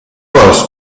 vols